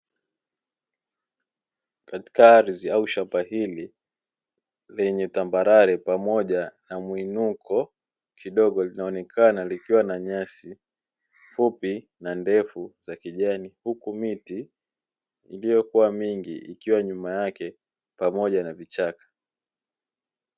Katika ardhi au shamba hili lenye tambarare, pamoja na muinuko kidogo linaonekana likiwa na nyasi fupi na ndefu za kijani, huku miti iliyokuwa mingi ikiwa nyuma yake pamoja na vichaka.